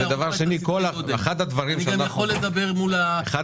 אני גם יכול לדבר מול 24 מיליארד השקלים --- בלי קריטריונים.